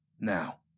now